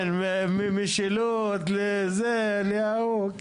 ממשילות, לזה, לההוא.